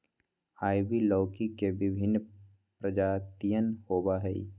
ivy लौकी के विभिन्न प्रजातियन होबा हई